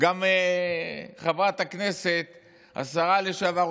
גם חברת הכנסת השרה לשעבר,